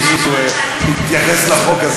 שמישהו יתייחס לחוק הזה.